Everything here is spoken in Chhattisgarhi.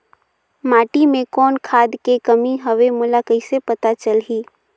माटी मे कौन खाद के कमी हवे मोला कइसे पता चलही?